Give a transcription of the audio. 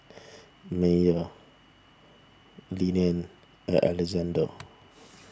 Meyer Llene and Alexande